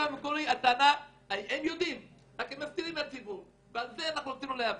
הטענה היתה שהם יודעים רק שהם מסתירים מהציבור ועל זה רצינו להיאבק.